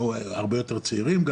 אני